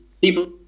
People